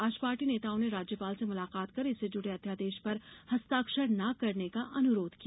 आज पार्टी नेताओं ने राज्यपाल से मुलाकात कर इससे जुड़े अध्यादेश पर हस्ताक्षर न करने का अनुरोध किया